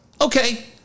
Okay